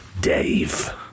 Dave